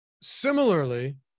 similarly